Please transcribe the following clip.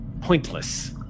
pointless